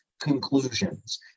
conclusions